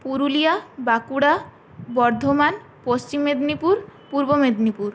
Purulia Bankura Bardhaman Paschim Medinipur Purba Medinipur